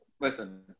listen